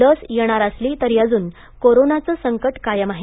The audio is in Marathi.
लस येणार असली तरी अजून कोरोनाचे संकट कायम आहे